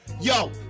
Yo